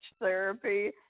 therapy